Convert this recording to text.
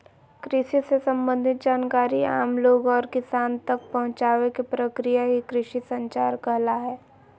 कृषि से सम्बंधित जानकारी आम लोग और किसान तक पहुंचावे के प्रक्रिया ही कृषि संचार कहला हय